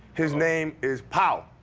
his name is pau.